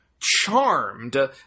charmed